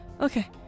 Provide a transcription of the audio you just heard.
Okay